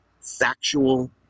factual